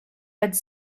als